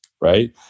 right